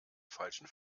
falschen